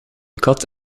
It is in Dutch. kat